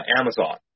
Amazon